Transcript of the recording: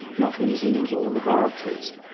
not in zoos or laboratories.